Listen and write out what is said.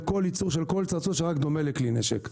כל ייצור של כל צעצוע שרק דומה לכלי נשק.